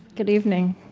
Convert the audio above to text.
good evening.